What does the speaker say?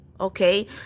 Okay